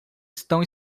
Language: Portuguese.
estão